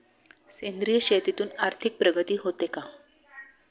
सेंद्रिय शेतीतून आर्थिक प्रगती होते का?